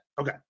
Okay